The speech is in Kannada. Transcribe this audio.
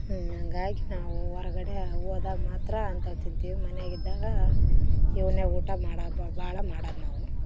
ಹಂಗಾಗಿ ನಾವು ಹೊರ್ಗಡೆ ಹೋದಾಗ್ ಮಾತ್ರ ಅಂಥವ್ ತಿಂತೀವಿ ಮನೆಯಾಗಿದ್ದಾಗ ಇವ್ನೆ ಊಟ ಮಾಡೋದು ಭಾಳ ಮಾಡೋದ್ನಾವು